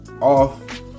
off